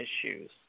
issues